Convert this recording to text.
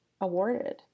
awarded